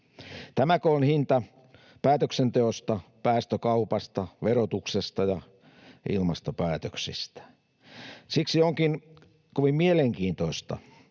Tämäkö on hinta päätöksenteosta, päästökaupasta, verotuksesta ja ilmastopäätöksistä? Siksi onkin kovin mielenkiintoista,